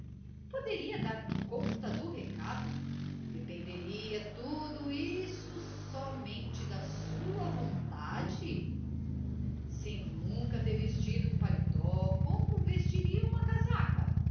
poderia dar conta do recado dependeria tudo isso somente da sua vontade sem nunca ter vestido um paletó como vestiria uma casaca